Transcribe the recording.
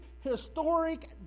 historic